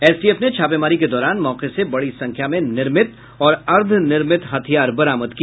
STF ने छापेमारी के दौरान मौके से बड़ी संख्या में निर्मित और अर्द्वनिर्मित हथियार बरामद किया